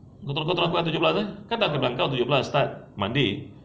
kau kau tolong aku tujuh belas eh kan aku dah bilang kau tujuh belas start monday